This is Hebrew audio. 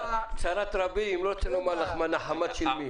צרת רבים, לא רוצה לומר לך נחמה של מי.